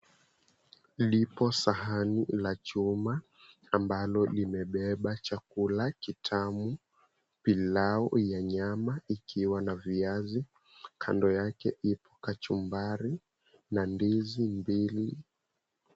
Lipo sahani la chuma ambalo limebeba chakula kitamu, pilau ya nyama, ikiwa na viazi. Kando yake ipo kachumbari na ndizi mbili.